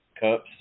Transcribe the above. Cups